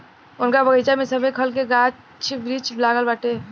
उनका बगइचा में सभे खल के गाछ वृक्ष लागल बाटे